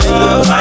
love